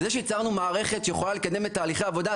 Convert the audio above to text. זה שיצרנו מערכת שיכולה לקדם את תהליכי העבודה,